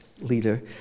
leader